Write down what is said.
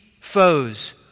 foes